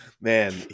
Man